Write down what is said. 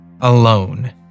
alone